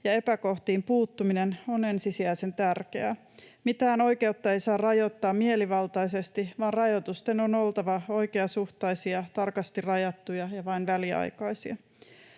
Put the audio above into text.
ja epäkohtiin puuttuminen on ensisijaisen tärkeää. Mitään oikeutta ei saa rajoittaa mielivaltaisesti, vaan rajoitusten on oltava oikeasuhtaisia, tarkasti rajattuja ja vain väliaikaisia.